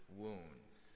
wounds